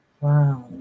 Wow